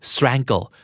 Strangle